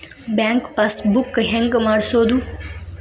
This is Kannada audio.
ಬ್ಯಾಂಕ್ ಪಾಸ್ ಬುಕ್ ಹೆಂಗ್ ಮಾಡ್ಸೋದು?